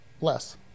less